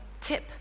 tip